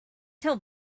tell